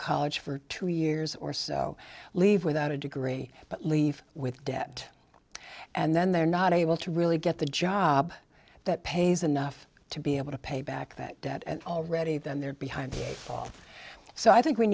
college for two years or so leave without a degree but leave with debt and then they're not able to really get the job that pays enough to be able to pay back that debt and already then they're behind so i think we